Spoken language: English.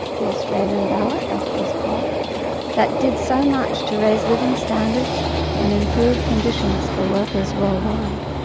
the australian ballot, as it was called that did so much to raise living standards and improve conditions for workers worldwide.